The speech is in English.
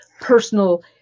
personal